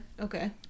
Okay